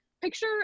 picture